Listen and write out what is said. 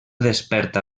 desperta